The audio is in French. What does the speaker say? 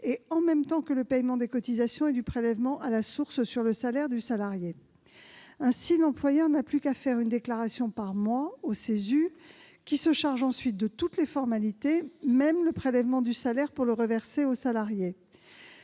et simultanée au paiement des cotisations et du prélèvement à la source sur le salaire du salarié. L'employeur n'a donc plus qu'à faire une déclaration par mois au CESU, qui se charge ensuite de toutes les formalités, y compris le prélèvement du salaire pour le reverser au salarié.